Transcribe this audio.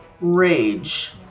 rage